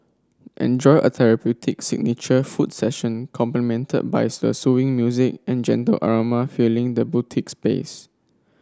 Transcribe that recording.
enjoy a therapeutic signature foot session complimented by the soothing music and gentle aroma filling the boutique space